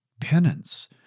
penance